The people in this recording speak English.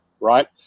right